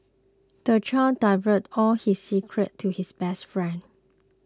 the child divulged all his secrets to his best friend